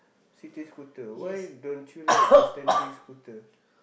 sitting scooter why don't you like the standing scooter